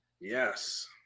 Yes